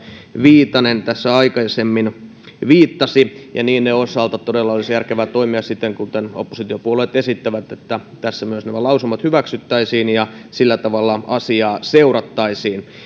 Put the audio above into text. viitanen tässä aikaisemmin viittasi niiden osalta todella olisi järkevää toimia siten kuin oppositiopuolueet esittävät että tässä myös nämä lausumat hyväksyttäisiin ja sillä tavalla asiaa seurattaisiin